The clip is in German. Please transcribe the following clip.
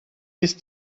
ist